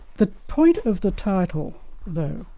the point of the title though,